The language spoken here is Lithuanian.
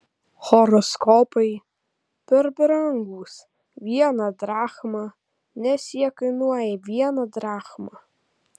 horoskopai per brangūs viena drachma nes jie kainuoja vieną drachmą